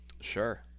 Sure